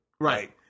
Right